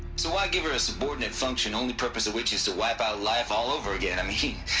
so why give her a subordinate function, only purpose of which is to wipe out life all over again? i mean.